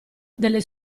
delle